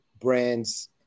brands